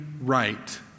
right